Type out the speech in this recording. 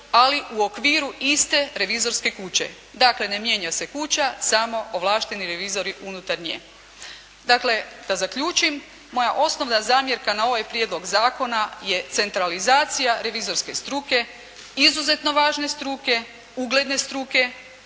ali u okviru iste revizorske kuće. Dakle ne mijenja se revizorska kuća samo ovlašteni revizori unutar nje. Dakle da zaključim, moja osnovna zamjerka na ovaj prijedlog zakona je centralizacija revizorske struke, izuzetno važne struke, ugledne struke,